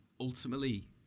ultimately